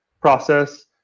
process